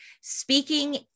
Speaking